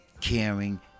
caring